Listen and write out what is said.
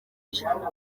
ijana